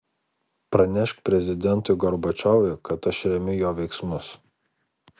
pranešk prezidentui gorbačiovui kad aš remiu jo veiksmus